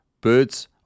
Birds